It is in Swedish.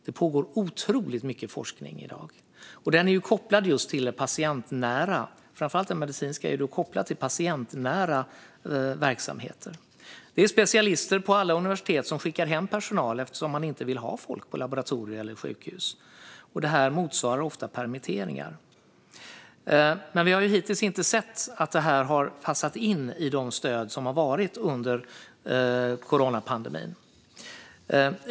Det pågår otroligt mycket forskning i dag, och framför allt den medicinska forskningen är kopplad just till den patientnära verksamheten. Nu skickar specialister på alla universitet hem personal eftersom man inte vill ha folk på laboratorier eller sjukhus. Det här motsvarar ofta permitteringar. Hittills har vi dock inte sett att detta har passat in i de stöd som funnits under coronapandemin.